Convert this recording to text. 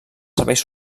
serveis